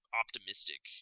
optimistic